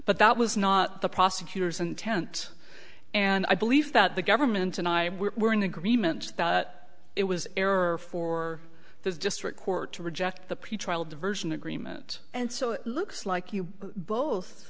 but that was not the prosecutor's intent and i believe that the government and i were in agreement it was error for this district court to reject the pretrial diversion agreement and so it looks like you both